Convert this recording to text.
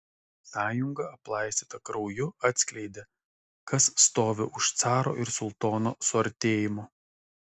sąjunga aplaistyta krauju atskleidė kas stovi už caro ir sultono suartėjimo